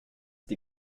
die